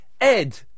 Ed